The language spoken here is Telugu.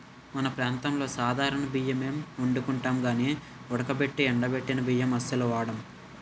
మన ప్రాంతంలో సాధారణ బియ్యమే ఒండుకుంటాం గానీ ఉడకబెట్టి ఎండబెట్టిన బియ్యం అస్సలు వాడం